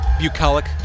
Bucolic